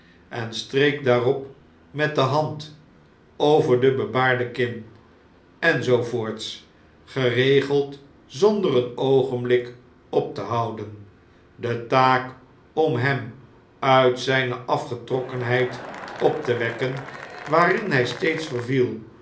en streek daarop met de hand over de bebaarde kin en zoo voorts geregeld zonder een oogenblik op te houden de taak om hem uit zpe afgetrokr kenheid op te wekken waarin hjj steeds verviel